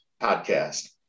podcast